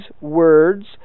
words